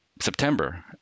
September